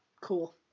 Cool